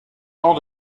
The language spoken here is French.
tant